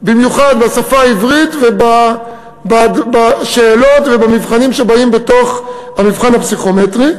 במיוחד בשפה העברית ובשאלות ובמבחנים שבאים בתוך המבחן הפסיכומטרי.